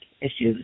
issues